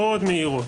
מאוד מהירות.